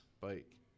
bike